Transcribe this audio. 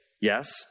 Yes